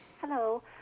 Hello